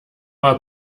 mal